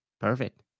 Perfect